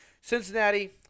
Cincinnati